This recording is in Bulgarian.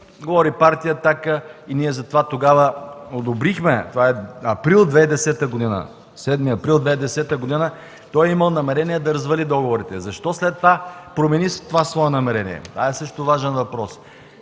говори Партия „Атака”, затова тогава ние одобрихме – това е 7 април 2010 г., той е имал намерение да развали договорите. Защо след това промени своето намерение – това е важен въпрос.